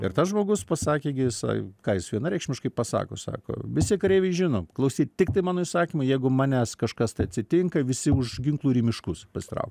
ir tas žmogus pasakė gi jisai ką jis vienareikšmiškai pasako sako visi kareiviai žino klausyt tiktai mano įsakymo jeigu manęs kažkas tai atsitinka visi už ginklų ir į miškus pasitraukia